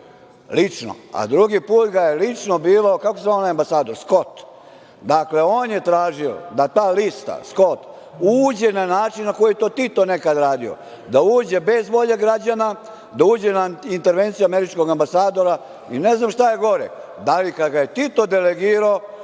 lično, a drugi put ga je lično birao, kako se zvao onaj ambasador, Skot. Dakle, on je tražio da ta lista, Skot, uđe na način na koji je to Tito nekada radio, da uđe bez volje građana, da uđe na intervenciju američkog ambasadora i ne znam šta je gore? Da li kada ga je Tito delegirao